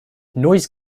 noise